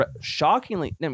shockingly